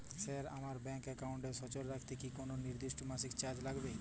Sir আমার bank একাউন্টটি সচল রাখতে কি কোনো নির্দিষ্ট মাসিক চার্জ লাগবে?